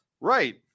Right